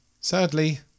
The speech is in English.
Sadly